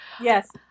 Yes